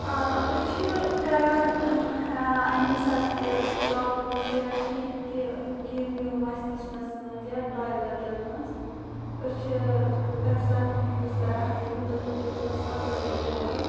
أسۍ چھِ کَران امہِ ساتہٕ تہِ کراکروچ یا کینٛہہ تہِ کیوٚم ویوٚم آسہِ کِچنَس مَنٛز یا ٹویلٹَن مَنٛز أسۍ چھِ تمہِ ساتہٕ یوٗز کَران یوٗتاہ تہٕ تیوٗتاہ صَفٲیی تھاوان